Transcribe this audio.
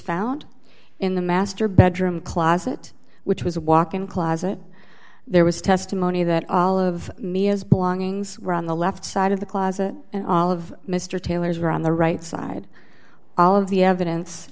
found in the master bedroom closet which was a walk in closet there was testimony that all of me as belongings were on the left side of the closet and all of mr taylor's were on the right side all of the evidence